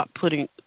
putting